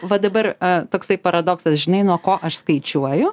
va dabar toksai paradoksas žinai nuo ko aš skaičiuoju